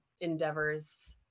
endeavors